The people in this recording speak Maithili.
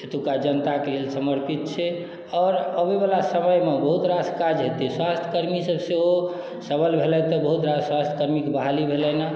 एतुका जनता के लेल समर्पित छै आओर अबै वाला समय मे बहुत रास काज हेतै स्वास्थ कर्मी सब सेहो सबल भेलथि तऽ बहुत रास कर्मी के बहाली भेलनि हँ